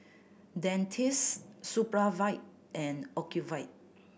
Dentiste Supravit and Ocuvite